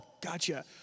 Gotcha